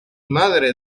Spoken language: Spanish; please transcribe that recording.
madre